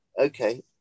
okay